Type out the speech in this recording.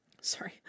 sorry